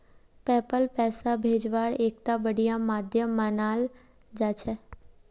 PayPal पैसा भेजवार एकता बढ़िया माध्यम मानाल जा छेक